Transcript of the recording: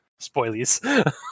Spoilies